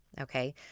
Okay